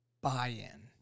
buy-in